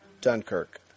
Dunkirk